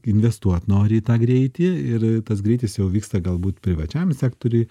investuot nori į tą greitį ir tas greitis jau vyksta galbūt privačiam sektoriuj